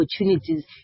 opportunities